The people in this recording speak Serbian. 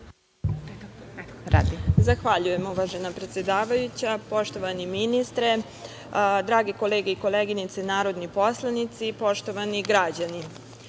Zahvaljujem. Uvažena predsedavajuća, poštovani ministre, drage kolege i koleginice narodni poslanici, poštovani građani,